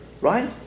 right